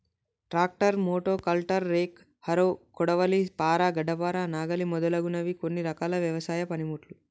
tractor, motocultor, rake, harrow, కొడవలి, పార, గడ్డపార, నాగలి మొదలగునవి కొన్ని రకాల వ్యవసాయ పనిముట్లు